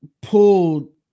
pulled